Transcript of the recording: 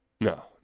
No